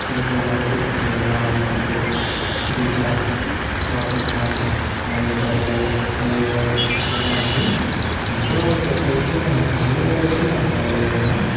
புது புது ஐடி கம்பெனிகள்லாம் வந்துட்டிருக்குது புதிய ஷாப்பிங் ஷாப்பிங் மால்ஸ் நிறைய கடைகள் நிறைய இதெல்லாம் இருக்குது தஞ்சாவூர் பொறுத்த வரைக்கும் வேலை வாய்ப்புலேயும் நல்ல ஒரு இடந்தான்